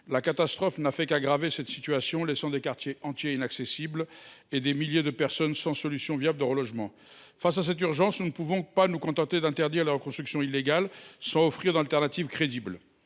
La catastrophe n’a fait qu’aggraver cette situation, laissant des quartiers entiers inaccessibles et des milliers de personnes sans solution viable de relogement. Face à cette urgence, nous ne pouvons pas nous contenter d’interdire la reconstruction illégale, sans offrir d’option crédible.